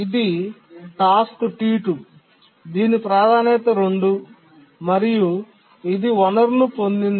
ఇది task T2 దీని ప్రాధాన్యత 2 మరియు ఇది వనరును పొందింది